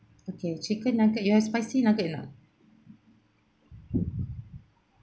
okay chicken nugget you have spicy nuggets or not